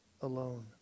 alone